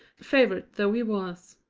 favourite though he was.